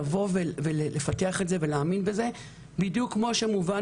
לבוא ולפתח את זה ולהאמין בזה בדיוק כמו שמובן